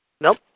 Nope